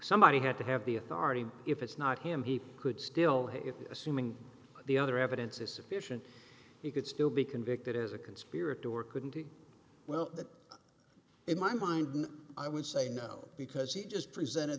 somebody had to have the authority if it's not him he could still have if assuming the other evidence is sufficient he could still be convicted as a conspirator or couldn't he well that in my mind i would say no because he just presented